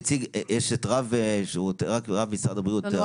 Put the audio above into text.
נמצא כאן גם רב משרד הבריאות.